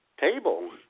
table